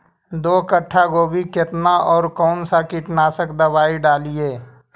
दो कट्ठा गोभी केतना और कौन सा कीटनाशक दवाई डालिए?